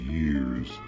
years